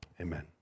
Amen